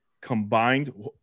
combined